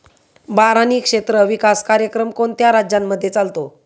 बारानी क्षेत्र विकास कार्यक्रम कोणत्या राज्यांमध्ये चालतो?